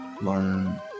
learn